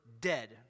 dead